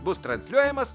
bus transliuojamas